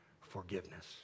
forgiveness